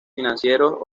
financieros